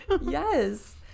Yes